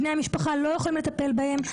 בני המשפחה לא יכולים לטפל בהם.